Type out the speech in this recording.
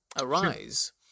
arise